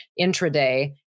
intraday